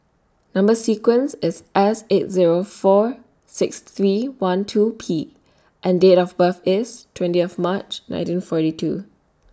Number sequence IS S eight Zero four six three one two P and Date of birth IS twentieth March nineteen forty two